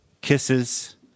kisses